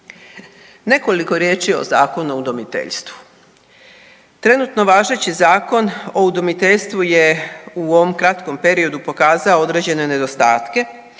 Nekoliko riječi o Zakonu o udomiteljstvu. Trenutno važeći Zakon o udomiteljstvu je u ovom kratkom periodu pokazao određene nedostatke,